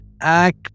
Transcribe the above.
act